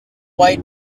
white